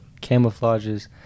camouflages